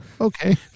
Okay